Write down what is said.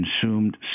consumed